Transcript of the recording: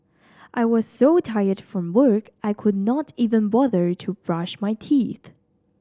I was so tired from work I could not even bother to brush my teeth